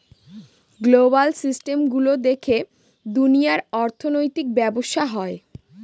global system গুলো দেখে দুনিয়ার অর্থনৈতিক ব্যবসা হয়